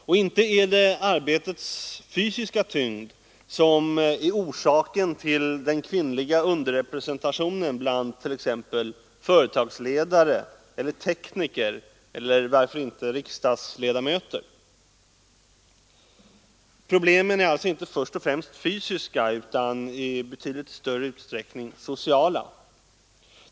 Och inte är det arbetets fysiska tyngd som är orsaken till den kvinnliga underrepresentationen bland t.ex. företagsledare eller tekniker eller varför inte riksdagsledamöter. Problemen är alltså inte först och främst fysiska utan i betydligt större utsträckning sociala.